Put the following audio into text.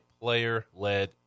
player-led